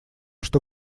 что